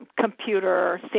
computer